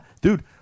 dude